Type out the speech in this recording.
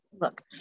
Look